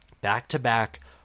Back-to-back